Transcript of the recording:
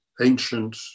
ancient